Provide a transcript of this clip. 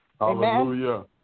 Hallelujah